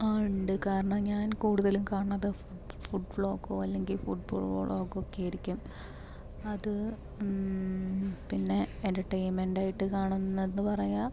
ആ ഉണ്ട് കാരണം ഞാൻ കൂടുതലും കാണുന്നത് ഫുഡ് ഫ്ളോഗോ അല്ലെങ്കിൽ ഫുഡ് വ്ളോഗൊക്കെ ആയിരിക്കും അത് പിന്നെ എന്റർടൈൻമെന്റ് ആയിട്ട് കാണുന്നതെന്ന് പറയുക